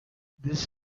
this